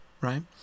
right